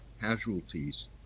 casualties